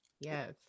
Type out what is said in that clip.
Yes